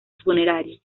funerario